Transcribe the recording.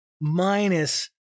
minus